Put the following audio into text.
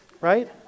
right